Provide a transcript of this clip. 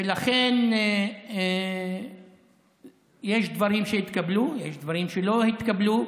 ולכן יש דברים שהתקבלו, יש דברים שלא התקבלו.